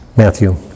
Matthew